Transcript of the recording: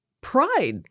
pride